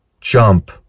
jump